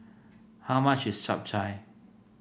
how much is Chap Chai